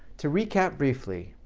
to recap briefly,